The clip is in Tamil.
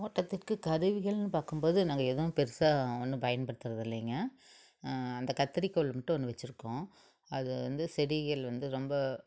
தோட்டத்துக்கு கருவிகள்னு பார்க்கும் போது நாங்கள் எதுவும் பெருசாக ஒன்றும் பயன்படுத்துகிறது இல்லைங்க அந்த கத்தரிக்கோல்னுட்டு ஒன்று வச்சுருக்கோம் அது வந்து செடிகள் வந்து ரொம்ப